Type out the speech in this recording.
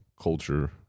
culture